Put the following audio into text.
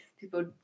people